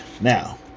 Now